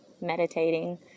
meditating